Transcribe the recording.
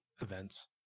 events